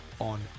on